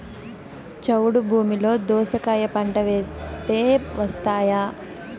చౌడు భూమిలో దోస కాయ పంట వేస్తే వస్తాయా?